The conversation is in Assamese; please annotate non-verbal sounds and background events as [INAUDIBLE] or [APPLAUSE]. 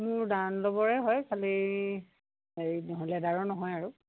মোৰ ডানলবৰে হয় খালি হেৰি [UNINTELLIGIBLE] লেডাৰৰ নহয় আৰু